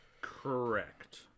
Correct